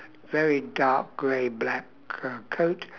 very dark grey black uh coat